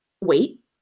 wait